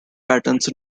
patterns